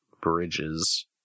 bridges